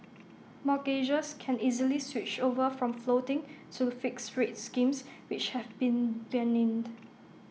mortgagors can easily switch over from floating to fixed rate schemes which have been